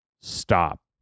stop